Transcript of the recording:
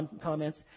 comments